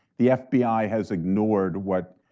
the fbi has ignored what,